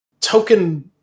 token